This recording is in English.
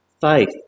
faith